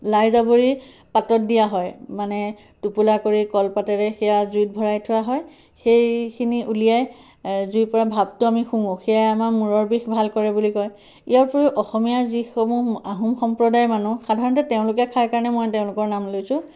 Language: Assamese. লাই জাবৰি পাতত দিয়া হয় মানে টোপোলা কৰি কলপাতেৰে সেয়া জুইত ভৰাই থোৱা হয় সেইখিনি উলিয়াই জুইৰ পৰা ভাপটো আমি শুঙো সেয়াই আমাৰ মূৰৰ বিষ ভাল কৰে বুলি কয় ইয়াৰ উপৰিও অসমীয়া যিসমূহ আহোম সম্প্ৰদায় মানুহ সাধাৰণতে তেওঁলোকে খায় কাৰণে মই তেওঁলোকৰ নাম লৈছোঁ